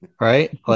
Right